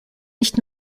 nicht